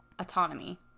Autonomy